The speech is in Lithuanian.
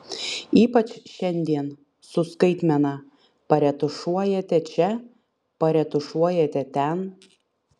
ypač šiandien su skaitmena paretušuojate čia paretušuojate ten